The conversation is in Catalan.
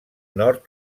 nord